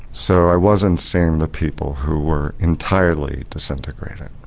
so i wasn't seeing the people who were entirely disintegrating.